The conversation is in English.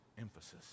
emphasis